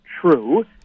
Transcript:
true